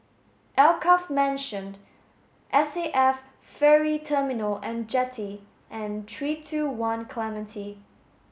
Alkaff Mansion S A F Ferry Terminal and Jetty and three two one Clementi